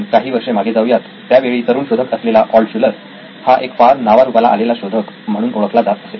आपण काही वर्षे मागे जाऊयात त्यावेळी तरुण शोधक असलेला ऑल्टशुलर हा एक फार नावारूपाला आलेला शोधक म्हणून ओळखला जात असे